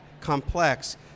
complex